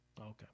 Okay